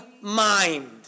mind